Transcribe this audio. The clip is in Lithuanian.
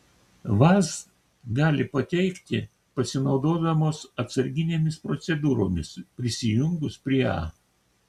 vaz gali pateikti pasinaudodamos atsarginėmis procedūromis prisijungus prie a